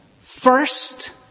first